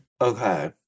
okay